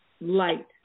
light